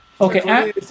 Okay